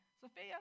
Sophia